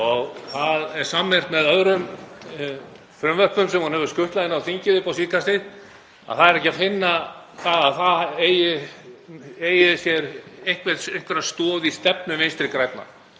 á það sammerkt með öðrum frumvörpum sem hún hefur skutlað inn á þingið upp á síðkastið að það er ekki að finna að það eigi sér einhverja stoð í stefnu Vinstri grænna.